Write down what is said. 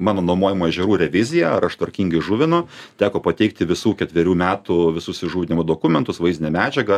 mano nuomojamų ežerų revizija ar aš tvarkingai žuvinu teko pateikti visų ketverių metų visus įžuvinimo dokumentus vaizdinę medžiagą